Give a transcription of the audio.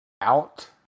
out